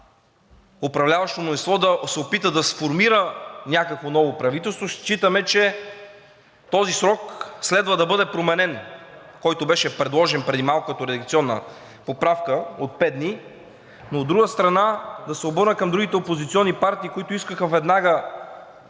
управляващото мнозинство да се опита да сформира някакво ново правителство, считаме, че този срок следва да бъде променен, който беше предложен преди малко като редакционна поправка – от пет дни. От друга страна, да се обърна към другите опозиционни партии, които искаха веднага